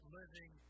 living